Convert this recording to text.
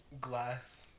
glass